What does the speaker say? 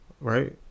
Right